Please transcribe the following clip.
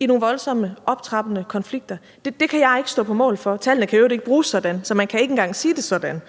i nogle voldsomme, optrappende konflikter. Det kan jeg ikke stå på mål for, og tallene kan i øvrigt ikke bruges sådan. Så man kan ikke engang sige det sådan.